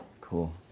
Cool